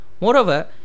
Moreover